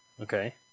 Okay